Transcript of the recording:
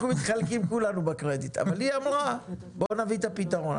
כולנו מתחלקים בקרדיט אבל היא אמרה בוא נביא את הפתרון.